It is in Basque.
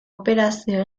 operazio